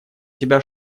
тебя